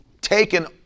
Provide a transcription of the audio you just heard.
taken